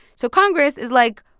so congress is like,